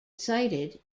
sighted